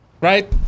Right